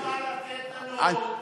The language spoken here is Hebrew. אדוני השר בא לתת לנו, אתה,